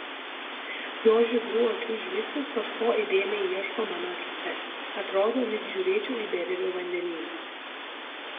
jo žydrų akių žvilgsnis kažko įdėmiai ieško mano akyse atrodo lyg žiūrėčiau į beribį vandenyną